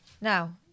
Now